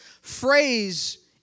phrase